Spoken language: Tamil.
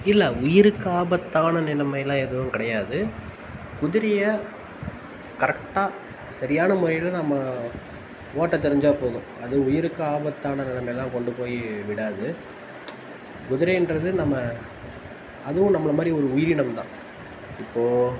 இல்லை உயிருக்கு ஆபத்தான நிலைமை எல்லாம் எதுவும் கிடயாது குதிரையை கரெக்டாக சரியான முறையில் நம்ம ஓட்ட தெரிஞ்சால் போதும் அது உயிருக்கு ஆபத்தான நிலமைலலாம் கொண்டு போய் விடாது குதிரைன்றது நம்ம அதுவும் நம்மளை மாதிரி ஒரு உயிரினம் தான் இப்போ